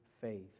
faith